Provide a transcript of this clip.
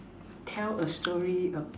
tell a story a